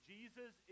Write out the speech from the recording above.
Jesus